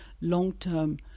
long-term